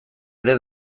ere